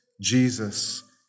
Jesus